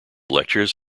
lectures